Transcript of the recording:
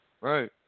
right